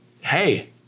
hey